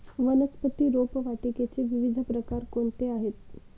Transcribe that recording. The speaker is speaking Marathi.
वनस्पती रोपवाटिकेचे विविध प्रकार कोणते आहेत?